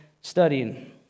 studying